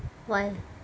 why leh